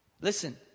Listen